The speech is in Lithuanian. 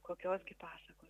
kokios gi pasakos